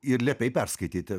ir liepei perskaityti